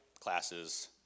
classes